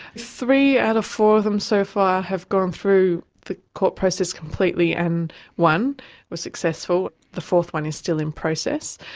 three out of four of them so far have gone through the court process completely and one was successful. the fourth one is still in process.